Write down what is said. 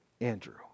Andrew